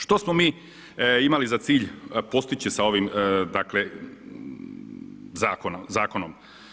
Što smo mi imali za cilj postići sa ovim, dakle zakonom?